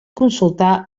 consultar